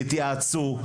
תתייעצו,